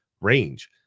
range